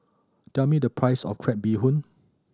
tell me the price of crab bee hoon